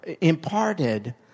imparted